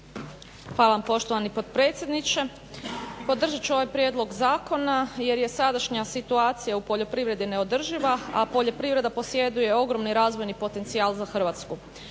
Hvala vam poštovani potpredsjedniče. Podržat ću ovaj prijedlog zakona jer je sadašnja situacija u poljoprivredi neodrživa, a poljoprivreda posjeduje ogromni razvojni potencijal za Hrvatsku.